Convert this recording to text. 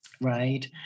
right